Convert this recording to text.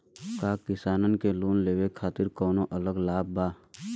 का किसान के लोन लेवे खातिर कौनो अलग लाभ बा?